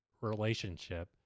relationship